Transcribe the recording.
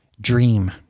dream